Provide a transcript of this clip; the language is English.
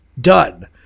done